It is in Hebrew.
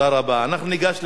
אנחנו ניגש להצבעה.